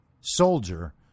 soldier